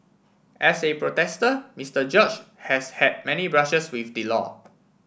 as a protester Mister George has had many brushes with the law